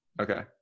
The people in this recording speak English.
Okay